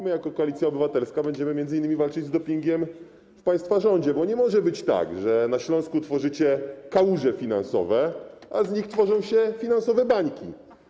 My jako Koalicja Obywatelska będziemy walczyć m.in. z dopingiem w państwa rządzie, bo nie może być tak, że na Śląsku tworzycie kałuże finansowe, a z nich tworzą się finansowe bańki.